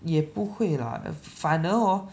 也不会 lah 反而 hor